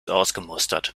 ausgemustert